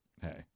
hey